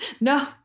No